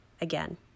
again